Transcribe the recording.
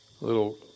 little